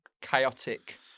chaotic